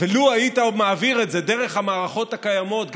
לו היית מעביר את זה דרך המערכות הקיימות,